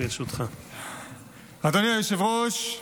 אדוני היושב-ראש,